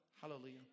Hallelujah